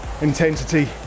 intensity